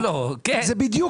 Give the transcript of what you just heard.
זה לא קשור